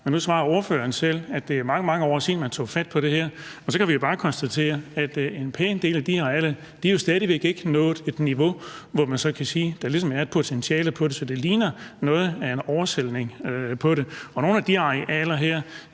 Men nu svarer ordføreren selv, at det er mange, mange år siden, man tog fat på det her, og så kan vi bare konstatere, at en pæn del af de her arealer stadig væk ikke har nået et niveau, hvor man kan sige, at der ligesom er et potentiale i det. Så det ligner noget af en oversælgning af det. Nogle af de her arealer,